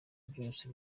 byose